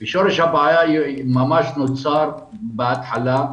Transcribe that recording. ושורש הבעיה נוצר בהתחלה,